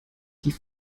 die